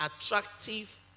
attractive